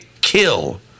kill